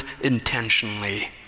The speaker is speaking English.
intentionally